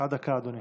עד דקה, אדוני.